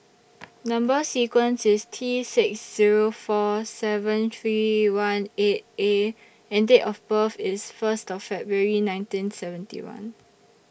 Number sequence IS T six Zero four seven three one eight A and Date of birth IS First February nineteen seventy one